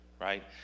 right